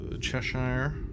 Cheshire